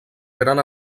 gran